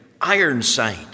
Ironside